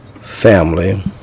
family